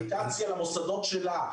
--- למוסדות שלה.